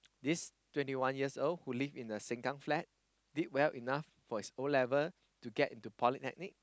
this twenty one years old who live in the Sengkang flat did well enough for his O-level to get into polytechnic